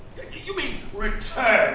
you may return